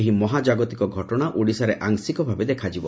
ଏହି ମହାଜାଗତିକ ଘଟଣା ଓଡ଼ିଶାରେ ଆଂଶିକ ଭାବେ ଦେଖାଯିବ